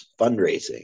fundraising